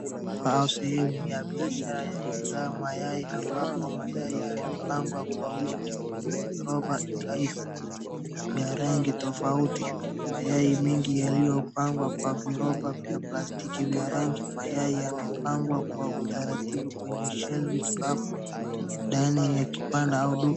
Kwa sehemu ya biashara ya kuuza mayai ambapo mayai yamepangwa kwa wingi kwenye viroba dhaifu ya rangi tofauti, mayai mengi yaliopangwa viroba vya plastiki vya rangi, mayai yamepangwa kwa utaratibu kwenye shelves rafu ndani ya kibanda au duka.